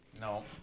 No